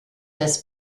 this